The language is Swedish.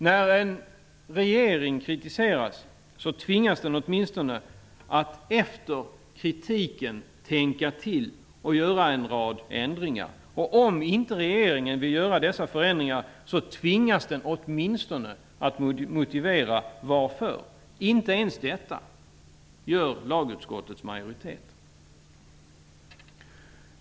När en regering kritiseras tvingas den åtminstone att efter kritiken tänka till och göra en rad ändringar. Om inte regeringen vill göra dessa förändringar tvingas den åtministone att motivera varför. Inte ens detta gör lagutskottets majoritet.